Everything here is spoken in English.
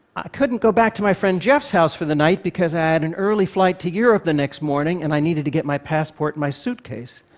i couldn't go back to my friend jeff's house for the night because i had an early flight to europe the next morning, and i needed to get my passport and my suitcase.